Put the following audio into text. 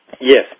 Yes